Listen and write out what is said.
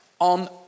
on